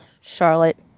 Charlotte